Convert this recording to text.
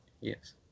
Yes